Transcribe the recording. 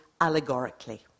allegorically